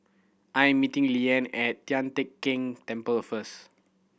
I'm meeting Leanne at Tian Teck Keng Temple first